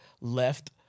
left